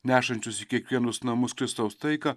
nešančius į kiekvienus namus kristaus taiką